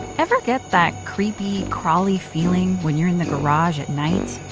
ever get that creepy-crawly feeling when you're in the garage at night?